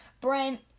Brent